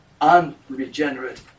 unregenerate